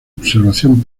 observación